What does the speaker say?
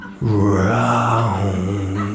round